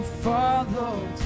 follow